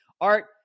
Art